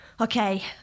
okay